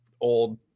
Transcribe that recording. old